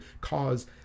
cause